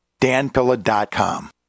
danpilla.com